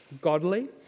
godly